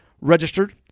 registered